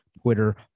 Twitter